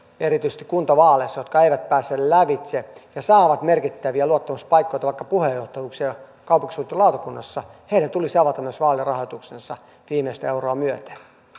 erityisesti kuntavaaleissa myös niiden henkilöiden jotka eivät pääse lävitse ja saavat merkittäviä luottamuspaikkoja tai vaikka puheenjohtajuuksia kaupunkisuunnittelulautakunnassa tulisi avata vaalirahoituksensa viimeistä euroa myöten